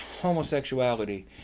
homosexuality